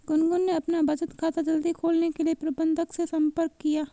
गुनगुन ने अपना बचत खाता जल्दी खोलने के लिए प्रबंधक से संपर्क किया